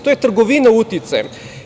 To je trgovina uticajem.